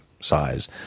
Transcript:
size